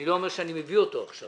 אני לא אומר שאני מביא אותו עכשיו